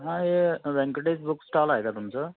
हा हे Venkatesh book stall आहे का तुमचं